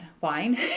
wine